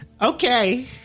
Okay